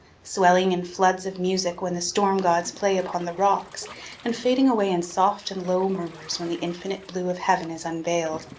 swelling in floods of music when the storm gods play upon the rocks and fading away in soft and low murmurs when the infinite blue of heaven is unveiled.